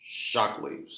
shockwaves